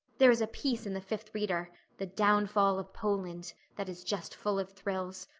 there is a piece in the fifth reader the downfall of poland' that is just full of thrills.